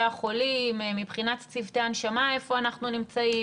החולים מבחינת צוותי ההנשמה איפה אנחנו נמצאים,